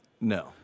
No